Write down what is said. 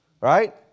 right